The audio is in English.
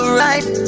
right